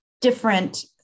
different